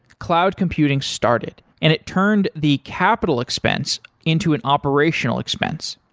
cloud computing started and it turned the capital expense into an operational expense.